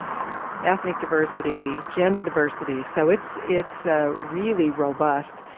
ethnic diversity, gender diversity. so it's it's ah really robust.